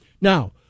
Now